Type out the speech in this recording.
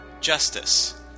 Justice